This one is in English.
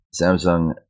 Samsung